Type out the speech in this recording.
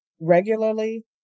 regularly